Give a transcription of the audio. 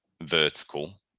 vertical